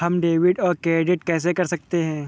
हम डेबिटऔर क्रेडिट कैसे कर सकते हैं?